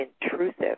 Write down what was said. intrusive